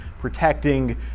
protecting